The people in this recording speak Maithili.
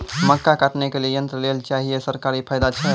मक्का काटने के लिए यंत्र लेल चाहिए सरकारी फायदा छ?